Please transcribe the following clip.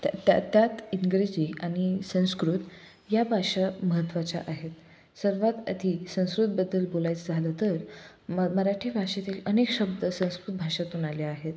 त्या त्या त्यात इंग्रजी आणि संस्कृत या भाषा महत्त्वाच्या आहेत सर्वात आधी संस्कृतबद्दल बोलायचं झालं तर म मराठी भाषेतील अनेक शब्द संस्कृत भाषातून आल्या आहेत